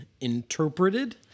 interpreted